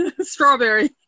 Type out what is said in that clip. Strawberry